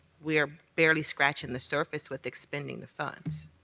we're barely scratching the surface with expending the funds.